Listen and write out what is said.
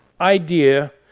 idea